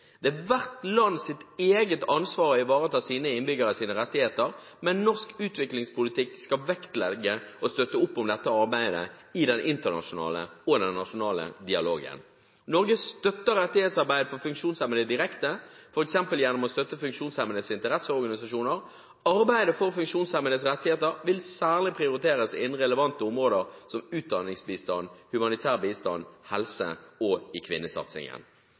skal vektlegge og støtte opp om dette arbeidet i den internasjonale og nasjonale dialogen. Norge støtter rettighetsarbeid for funksjonshemmede direkte, for eksempel gjennom å støtte funksjonshemmedes interesseorganisasjoner. Arbeid for funksjonshemmedes rettigheter vil særlig prioriteres innen relevante områder som utdanningsbistand, humanitær bistand, helse og i kvinnesatsingen.»